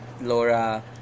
Laura